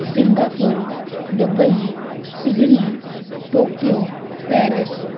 Singapore Dubai Sydney Tokyo Paris